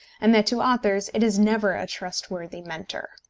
and that to authors it is never a trustworthy mentor.